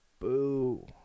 boo